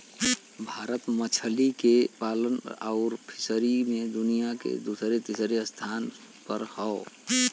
भारत मछली के पालन आउर फ़िशरी मे दुनिया मे दूसरे तीसरे स्थान पर हौ